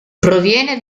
proviene